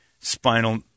spinal